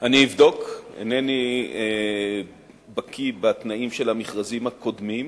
אני אבדוק, אינני בקי בתנאים של המכרזים הקודמים,